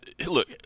Look